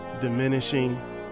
diminishing